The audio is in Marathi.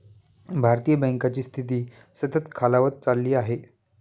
भारतीय बँकांची स्थिती सतत खालावत चालली आहे